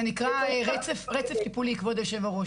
זה נקרא רצף טיפולי, אדוני היושב-ראש.